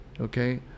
okay